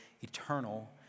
eternal